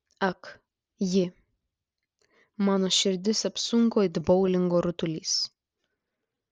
ak ji mano širdis apsunko it boulingo rutulys